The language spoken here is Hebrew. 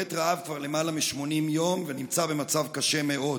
שובת רעב כבר למעלה מ-80 יום ונמצא במצב קשה מאוד.